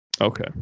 Okay